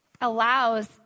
allows